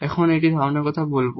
এখন এখানে আমরা এই ধারণার কথা বলব